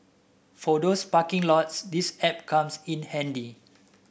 for those parking lots this app comes in handy